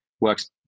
works